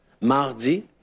Mardi